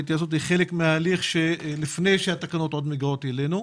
התייעצות היא חלק מההליך לפני שהתקנות מגיעות אלינו.